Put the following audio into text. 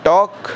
Talk